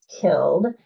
killed